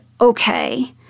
okay